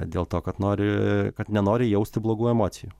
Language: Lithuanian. dėl to kad nori kad nenori jausti blogų emocijų